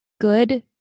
good